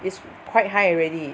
is quite high already